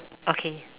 okay